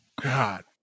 God